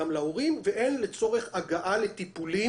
והוא יעסוק בנושא החינוך